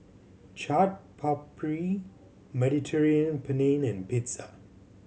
Chaat Papri Mediterranean Penne and Pizza